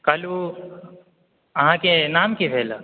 hello अहाँके नाम की भेल